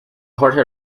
jorge